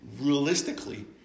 realistically